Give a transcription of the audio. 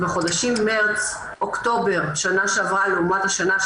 בחודשים מרץ-אוקטובר שנה שעברה לעומת השנה,